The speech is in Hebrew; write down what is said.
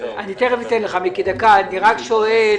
אתם מקזזים או לא?